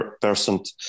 percent